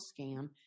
scam